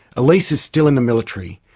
elise is still in the military,